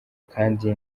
kandi